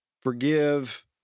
forgive